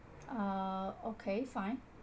uh okay fine